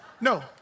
No